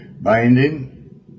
binding